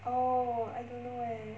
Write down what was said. orh I don't know eh